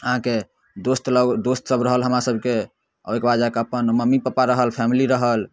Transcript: अहाँके दोस्त लऽ दोस्त सभ रहल हमरा सभके ओइके बाद जाकऽ अपन मम्मी पापा रहल फैमिली रहल